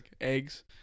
eggs